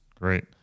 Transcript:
Great